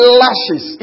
lashes